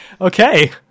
Okay